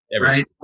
right